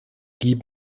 gib